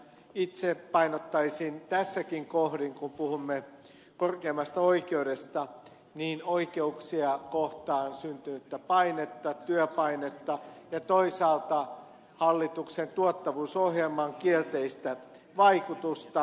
itse painottaisin tässäkin kohdin kun puhumme korkeimmasta oikeudesta oikeuksia kohtaan syntynyttä työpainetta toisaalta hallituksen tuottavuusohjelman kielteistä vaikutusta